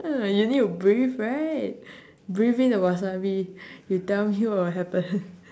not like you need to breathe right breathe in the wasabi you tell me what will happen